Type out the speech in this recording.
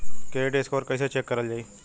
Credit score कइसे check करल जायी?